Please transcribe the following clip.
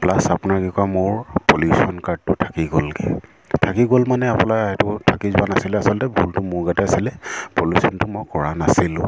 plus আপোনাৰ কি কয় মোৰ পলিউশ্যন কাৰ্ডটো থাকি গ'লগৈ থাকি গ'ল মানে আপোনাৰ এইটো থাকি যোৱা নাছিলে আচলতে ভুলটো মোৰ গাতে আছিলে পলিউশ্যনটো মই কৰা নাছিলোঁ